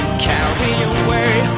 carry away?